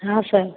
हाँ सर